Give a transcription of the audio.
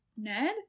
Ned